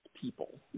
people